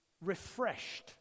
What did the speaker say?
refreshed